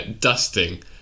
dusting